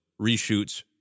reshoots